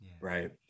right